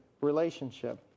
relationship